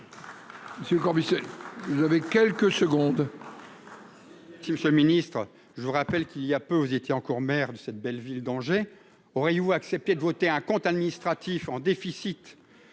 Monsieur le commissaire, vous avez quelques secondes. Tim ce ministre, je vous rappelle qu'il y a peu, vous étiez encore maire de cette belle ville danger Aurélie ou accepter de voter un compte administratif en déficit,